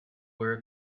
were